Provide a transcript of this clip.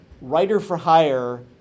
writer-for-hire